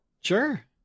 Sure